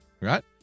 Right